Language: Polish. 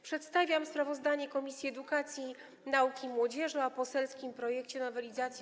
Przedstawiam sprawozdanie Komisji Edukacji, Nauki i Młodzieży o poselskim projekcie nowelizacji